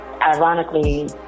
ironically